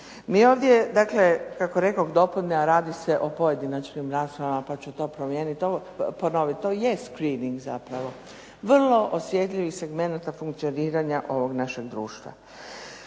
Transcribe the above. Mi ovdje dakle kako rekoh dopuna radi se o pojedinačnim raspravama pa ću to ponoviti. To je screening zapravo vrlo osjetljivih segmenata funkcioniranja ovog našeg društva.